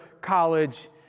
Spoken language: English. college